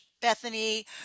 Bethany